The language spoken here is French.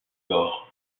gore